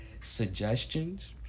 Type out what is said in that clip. suggestions